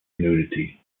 nudity